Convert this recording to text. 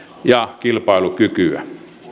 ja kilpailukykyä